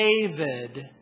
David